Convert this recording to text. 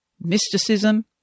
Mysticism